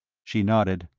she nodded.